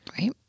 Right